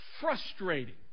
frustrating